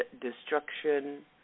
destruction